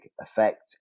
effect